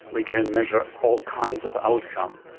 we can measure all kinds of outcome.